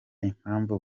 impamvu